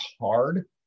hard